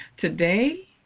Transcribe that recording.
Today